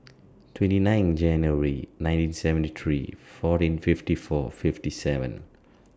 twenty nine January nineteen seventy three fourteen fifty four fifty seven